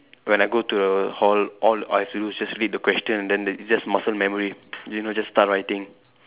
when I go to the hall all I have to do is just read the question and then it's just muscle memory you know just start writing